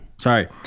Sorry